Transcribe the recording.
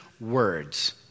words